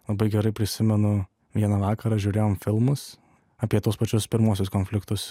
labai gerai prisimenu vieną vakarą žiūrėjom filmus apie tuos pačius pirmuosius konfliktus